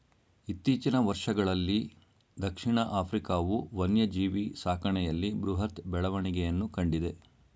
ಇತ್ತೀಚಿನ ವರ್ಷಗಳಲ್ಲೀ ದಕ್ಷಿಣ ಆಫ್ರಿಕಾವು ವನ್ಯಜೀವಿ ಸಾಕಣೆಯಲ್ಲಿ ಬೃಹತ್ ಬೆಳವಣಿಗೆಯನ್ನು ಕಂಡಿದೆ